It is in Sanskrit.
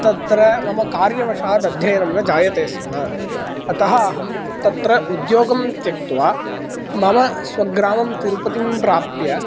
तत्र मम कार्यवशात् अध्ययनं न जायते स्म अतः अहम् तत्र उद्योगं त्यक्त्वा मम स्वग्रामं तिरुपतिं प्राप्य